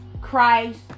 Christ